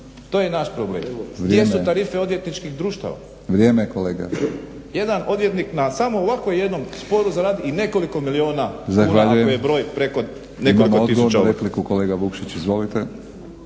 To je naš problem. Gdje su tarife odvjetničkih društava? …/Upadica Batinić: Vrijeme kolega./… Jedan odvjetnik na samo ovako jednom sporu zaradi i nekoliko milijuna kuna ako je broj preko nekoliko tisuća ovdje.